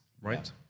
right